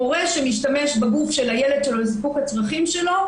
הורה שמשתמש גוף של הילד שלו לסיפוק הצרכים שלו,